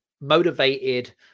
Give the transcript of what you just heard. motivated